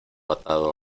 atado